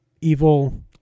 evil